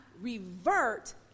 revert